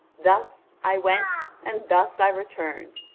thus i went and thus i returned,